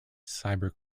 cyber